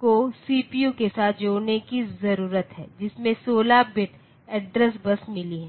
को सीपीयू के साथ जोड़ने की जरूरत है जिसमें 16 बिट एड्रेस बस मिली है